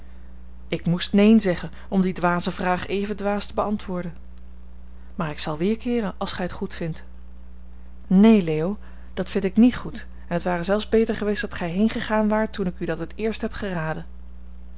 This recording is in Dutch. ik moest neen zeggen om die dwaze vraag even dwaas te beantwoorden maar ik zal weerkeeren als gij het goed vindt neen leo dat vind ik niet goed en t ware zelfs beter geweest dat gij heengegaan waart toen ik u dat het eerst heb geraden